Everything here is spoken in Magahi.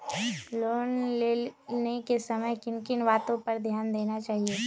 लोन लेने के समय किन किन वातो पर ध्यान देना चाहिए?